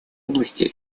области